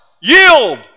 yield